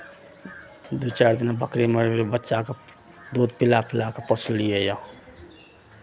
दू चारि दिनमे बकरी मरि गेलै बच्चाकेँ दूध पिला पिला कऽ पोसलियैए